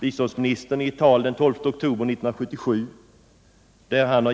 Biståndsministern deklarerade i ett tal den 12 oktober 1977 att